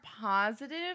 positive